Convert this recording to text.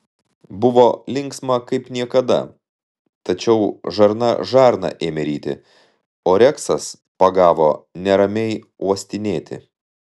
buvo linksma kaip niekada tačiau žarna žarną ėmė ryti o reksas pagavo neramiai uostinėti